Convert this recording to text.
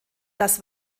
das